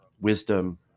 wisdom